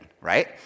right